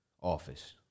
office